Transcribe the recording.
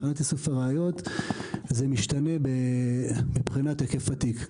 מבחינת איסוף הראיות זה משתנה מבחינת היקף התיק,